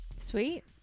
Sweet